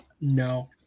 No